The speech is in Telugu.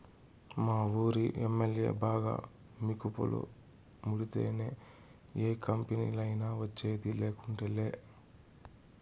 మావూరి ఎమ్మల్యే బాగా మికుపులు ముడితేనే యా కంపెనీలైనా వచ్చేది, లేకుంటేలా